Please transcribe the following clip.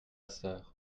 sœur